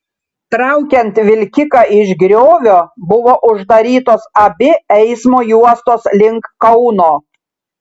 traukiant vilkiką iš griovio buvo uždarytos abi eismo juostos link kauno